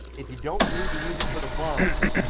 if you don't need to use it for the bunks,